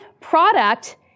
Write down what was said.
product